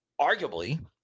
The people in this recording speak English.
arguably